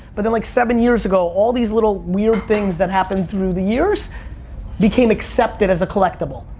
but then, like, seven years ago, all these little weird things that happened through the years became accepted as a collectible,